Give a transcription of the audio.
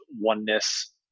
oneness